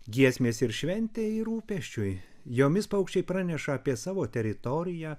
giesmės ir šventei rūpesčiui jomis paukščiai praneša apie savo teritoriją